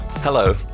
Hello